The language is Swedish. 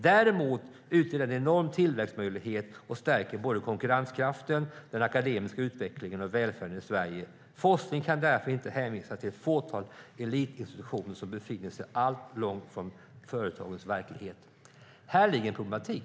Däremot utgör den en enorm tillväxtmöjlighet och stärker både konkurrenskraften, den akademiska utvecklingen och välfärden i Sverige. Forskningen kan därför inte hänvisas till ett fåtal elitinstitutioner som befinner sig alltför långt från företagens verklighet." Här ligger en problematik.